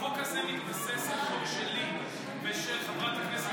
החוק הזה מתבסס על החוק שלי ושל חברת הכנסת